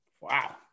Wow